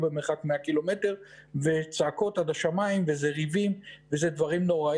יש בנמצא אחיות ורופאים של טיפול נמרץ?